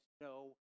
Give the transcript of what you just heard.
no